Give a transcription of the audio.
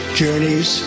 journeys